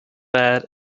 bad